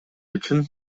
үчүн